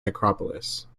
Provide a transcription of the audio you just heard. necropolis